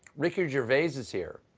ricky gervais is is here.